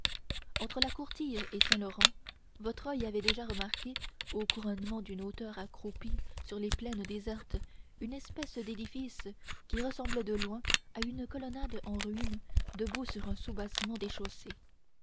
entre la courtille et saint-laurent votre oeil avait déjà remarqué au couronnement d'une hauteur accroupie sur des plaines désertes une espèce d'édifice qui ressemblait de loin à une colonnade en ruine debout sur un soubassement